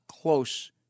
close